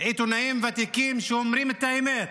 ועיתונאים ותיקים שאומרים את האמת,